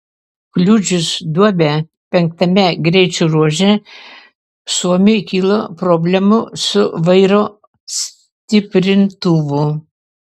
kliudžius duobę penktame greičio ruože suomiui kilo problemų su vairo stiprintuvu